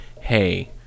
hey